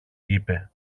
είπε